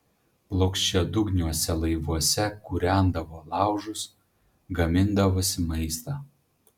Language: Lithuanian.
plokščiadugniuose laivuose kūrendavo laužus gamindavosi maistą